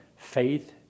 Faith